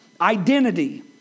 Identity